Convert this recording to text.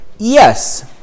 Yes